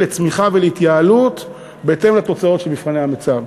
לצמיחה ולהתייעלות בהתאם לתוצאות של מבחני המיצ"ב.